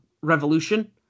Revolution